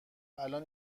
الان